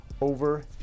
over